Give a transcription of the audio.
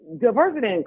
diversity